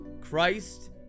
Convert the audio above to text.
Christ